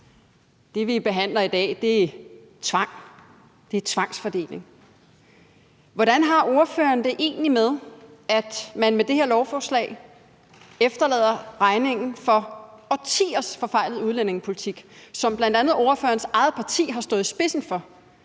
er tvang – det er tvangsfordeling. Hvordan har ordføreren det egentlig med, at man med det her lovforslag efterlader regningen for årtiers forfejlede udlændingepolitik, som bl.a. ordførerens eget parti stod i spidsen for,